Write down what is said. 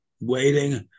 waiting